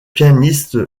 pianiste